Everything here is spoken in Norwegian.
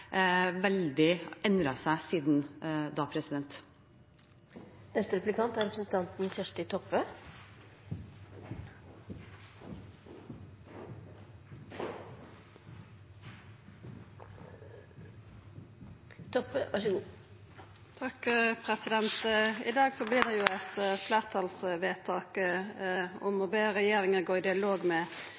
seg veldig siden da. I dag vert det fatta eit fleirtalsvedtak om å be regjeringa gå i dialog med